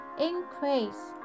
increase